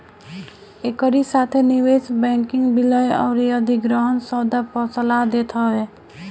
एकरी साथे निवेश बैंकिंग विलय अउरी अधिग्रहण सौदा पअ सलाह देत हवे